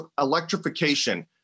electrification